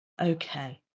okay